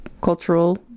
cultural